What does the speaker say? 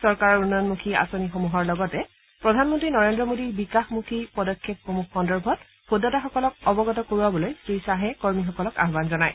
চৰকাৰৰ উন্নয়ণমুখী আঁচনিসমূহৰ লগতে প্ৰধানমন্ত্ৰী নৰেন্দ্ৰ মোদীৰ বিকাশমুখী পদক্ষেপসমূহ সন্দৰ্ভত ভোটদাতাসকলক অৱগত কৰোৱাবলৈ শ্ৰীশ্বাহে আহ্মন জনায়